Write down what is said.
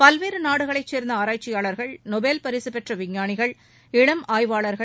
பல்வேறு நாடுகளைச் சேர்ந்த அராய்ச்சியாளர்கள் நோபல் பரிகப்பெற்ற விஞ்ஞாவிகள் இடாம் ஆய்வாளர்கள்